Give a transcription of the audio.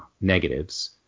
negatives